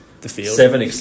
seven